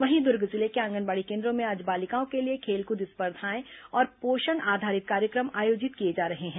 वहीं दुर्ग जिले के आंगनबाड़ी कोन्द्रों में आज बालिकाओं के लिए खेल कूद स्पर्धाएं और पोषण आधारित कार्यक्रम आयोजित किए जा रहे हैं